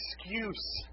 excuse